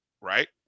right